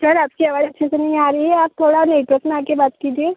sir आपकी आवाज़ अच्छे से नहीं आ रही है आप थोड़ा में आकर बात कीजिए